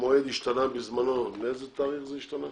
המועד השתנה בזמנו - מאיזה תאריך זה השתנה?